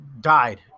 died